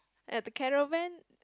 at the caravan